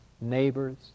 neighbors